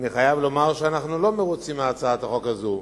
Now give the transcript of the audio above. ואני חייב לומר שאנחנו לא מרוצים מהצעת החוק הזו.